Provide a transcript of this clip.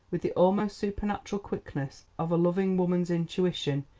with the almost supernatural quickness of a loving woman's intuition,